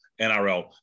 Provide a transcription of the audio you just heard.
NRL